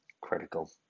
Critical